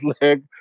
leg